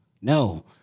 no